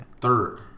third